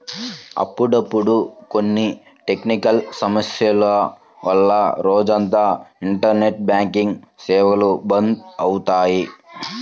అప్పుడప్పుడు కొన్ని టెక్నికల్ సమస్యల వల్ల రోజంతా ఇంటర్నెట్ బ్యాంకింగ్ సేవలు బంద్ అవుతాయి